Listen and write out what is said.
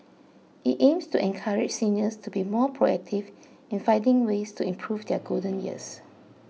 it aims to encourage seniors to be more proactive in finding ways to improve their golden years